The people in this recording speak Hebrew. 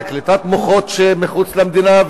על קליטת מוחות שמחוץ למדינה,